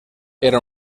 era